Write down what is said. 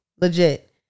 legit